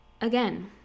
again